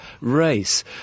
race